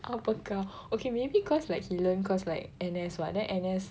apa kau okay maybe cause like he learn cause like N_S what then N_S